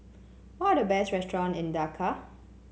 what are the best restaurant in Dakar